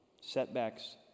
Setbacks